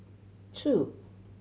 two